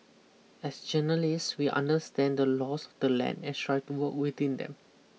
as journalists we understand the laws of the land and strive to work within them